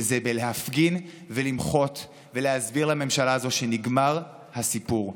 וזה בלהפגין ולמחות ולהסביר לממשלה הזאת שנגמר הסיפור.